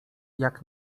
jak